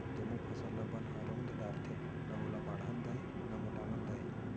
जमो फसल ल बन ह रउंद डारथे, न ओला बाढ़न दय न मोटावन दय